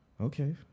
Okay